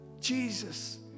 Jesus